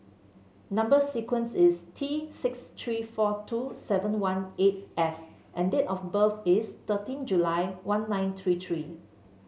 number sequence is T six three four two seven one eight F and date of birth is thirteen July one nine three three